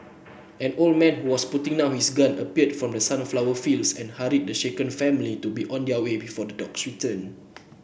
an old man who was putting down his gun appeared from the sunflower fields and hurried the shaken family to be on their way before the dogs return